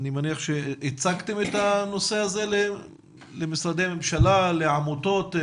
הצגתם את הנושא הזה למשרדי ממשלה, לעמותות?